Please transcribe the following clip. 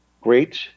great